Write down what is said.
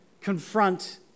confront